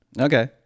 okay